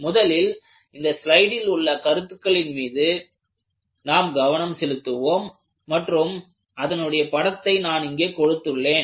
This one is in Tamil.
முதலில் இந்த ஸ்லைடில் உள்ள கருத்துக்களின் மீது நாம் கவனம் செலுத்துவோம் மற்றும் அதனுடைய படத்தை நான் இங்கே கொடுத்துள்ளேன்